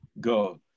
go